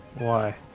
why?